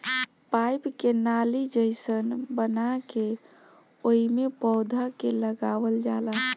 pipe के नाली जइसन बना के ओइमे पौधा के लगावल जाला